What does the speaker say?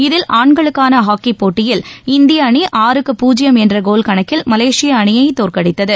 இதில் ஆண்களுக்கான ஹாக்கிப்போட்டியில் இந்திய அணி ஆறுக்கு பூஜ்யம் என்ற கோல் கணக்கில் மலேசிய அணியை தோற்கடித்தது